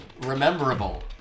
rememberable